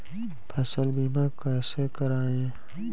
फसल बीमा कैसे कराएँ?